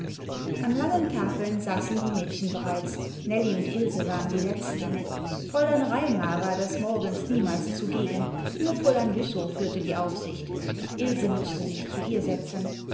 an langen tafeln saßen die mädchen bereits nellie und ilse waren die letzten fräulein raimar war des morgens niemals zugegen nur fräulein güssow führte die aufsicht ilse mußte sich zu ihr setzen